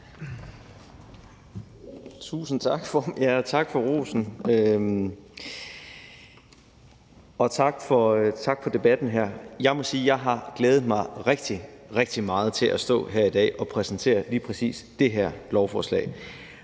Tusind tak, formand. Tak for rosen, og også tak for debatten her. Jeg må sige, at jeg har glædet mig rigtig, rigtig meget til at stå her i dag og præsentere lige præcis det her lovforslag.